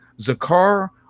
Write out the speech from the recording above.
Zakhar